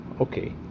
Okay